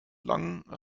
lang